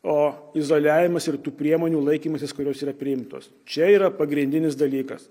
o izoliavimas ir tų priemonių laikymasis kurios yra priimtos čia yra pagrindinis dalykas